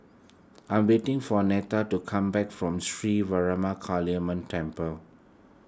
I'm waiting for Neta to come back from Sri Vairavima Kaliamman Temple